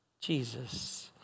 Jesus